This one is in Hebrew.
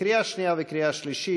לקריאה שנייה ולקריאה שלישית,